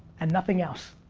and nothing else.